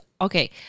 okay